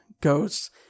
goes